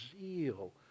zeal